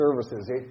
services